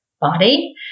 body